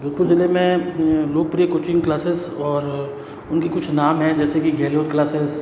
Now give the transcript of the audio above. जोधपुर ज़िले में लोकप्रिय कोचिंग क्लासिज़ और उनकी कुछ नाम है जेसे कि गेहलोत क्लासिज़